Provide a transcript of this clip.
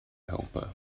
helper